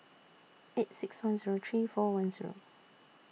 eight six one Zero three four one Zero